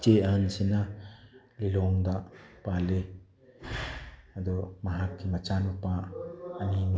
ꯏꯆꯦ ꯑꯍꯟꯁꯤꯅ ꯂꯤꯂꯣꯡꯗ ꯄꯥꯜꯂꯤ ꯑꯗꯣ ꯃꯍꯥꯛꯀꯤ ꯃꯆꯥ ꯅꯨꯄꯥ ꯑꯅꯤꯅꯤ